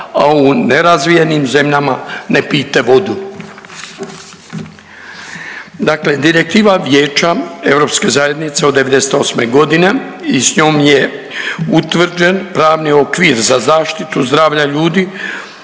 a u ne razvijenim zemljama ne pijte vodu. Dakle, Direktiva Vijeća europske zajednice od '98. godine i s njom je utvrđen pravni okvir za zaštitu zdravlja ljudi